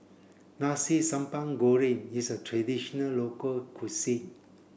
Nasi Sambal Goreng is a traditional local cuisine